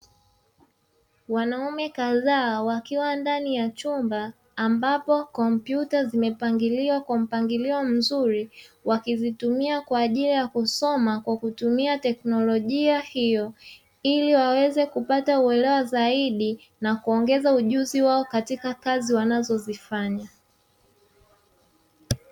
Wanaume kadhaa wakiwa ndani ya chumba ambapo kompyuta ili waweze kupata uelewa zaidi, na kuongeza ujuzi katika kazi wanazozifanya.